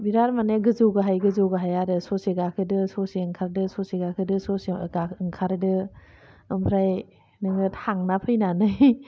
बिराद माने गोजौ गाहाय गोजौ गाहाय आरो ससे गाखोदो ससे ओंखारदो ससे गाखोदो ससे ओंखारदो ओमफ्राइ नोङो थांना फैनानै